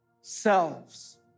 selves